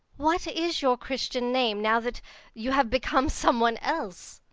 what is your christian name, now that you have become some one else?